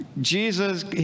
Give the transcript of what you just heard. Jesus